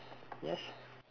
yes